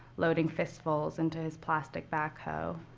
loading fistfuls into his plastic backhoe.